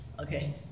Okay